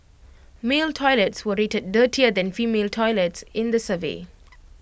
male toilets were rated dirtier than female toilets in the survey